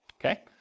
okay